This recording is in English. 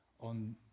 on